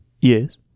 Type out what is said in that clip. Yes